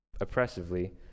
oppressively